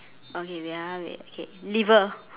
okay wait ah wait okay liver